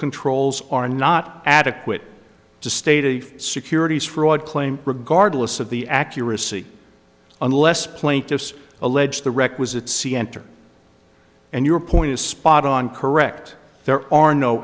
controls are not adequate to state a securities fraud claim regardless of the accuracy unless plaintiffs allege the requisite see enter and your point is spot on correct there are no